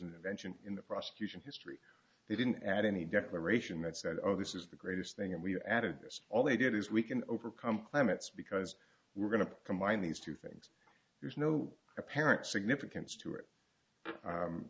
invention in the prosecution history they didn't add any declaration that said oh this is the greatest thing and we added this all they did is we can overcome climates because we're going to combine these two things there's no apparent significance to it